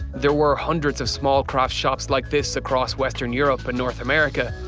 there were hundreds of small craft shops like this across western europe and north america,